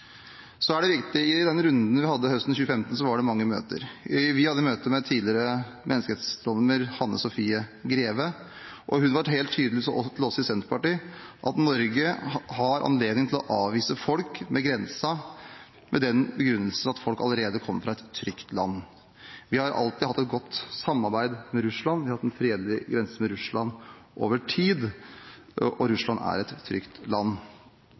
Så er det viktig: I den runden vi hadde høsten 2015, var det mange møter. Vi hadde møte med tidligere menneskerettsdommer Hanne Sophie Greve. Hun var overfor oss i Senterpartiet helt tydelig på at Norge har anledning til å avvise folk ved grensen med den begrunnelse at de allerede kommer fra et trygt land. Vi har alltid hatt et godt samarbeid med Russland, vi har hatt en fredelig grense med Russland over tid, og Russland er et trygt land.